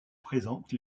présentent